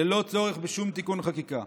ללא צורך בשום תיקון חקיקה.